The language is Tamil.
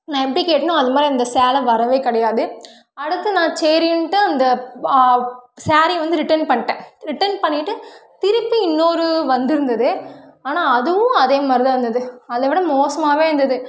நான் எப்படி கேட்டம்னோ அந்த மாதிரி அந்த சேலை வரவே கிடையாது அடுத்து நான் சரின்ட்டு அந்த பா ஸேரீ வந்து ரிட்டர்ன் பண்ணிட்டேன் ரிட்டர்ன் பண்ணிவிட்டு திருப்பி இன்னொரு வந்திருந்தது ஆனால் அதுவும் அதே மாதிரி தான் இருந்தது அதை விட மோசமாகவே இருந்தது